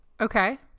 Okay